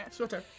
Okay